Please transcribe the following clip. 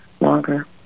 longer